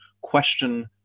question